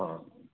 ꯑꯥ